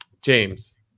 James